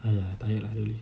!aiya! tired lah really